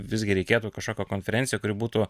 visgi reikėtų kažkokią konferenciją kuri būtų